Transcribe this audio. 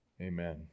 Amen